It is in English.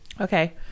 okay